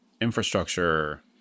infrastructure